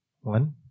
One